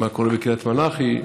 מה קורה בקריית מלאכי,